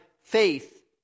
faith